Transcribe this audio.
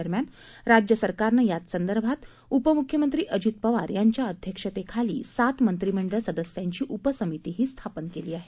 दरम्यान राज्य सरकारन याच संदर्भात उपमूख्यमंत्री अजित पवार यांच्या अध्यक्षतेखाली सात मंत्रिमंडळ सदस्यांची उपसमितीही स्थापन केली आहे